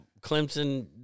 Clemson